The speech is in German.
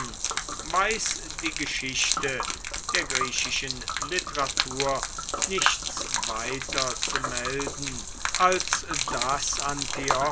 weiß die geschichte der griechischen literatur nichts weiter zu melden als daß